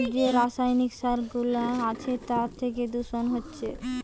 যে রাসায়নিক সার গুলা আছে তার থিকে দূষণ হচ্ছে